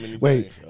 Wait